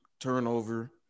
Turnover